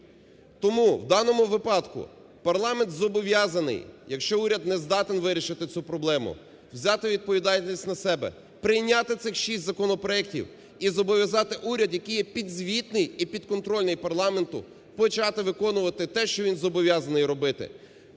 Тому в даному випадку парламент зобов'язаний, якщо уряд не здатен вирішити цю проблему, взяти відповідальність на себе, прийняти цих шість законопроектів і зобов'язати уряд, який є підзвітний і підконтрольний парламенту, почати виконувати те, що він зобов'язаний робити